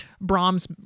Brahms